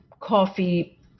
coffee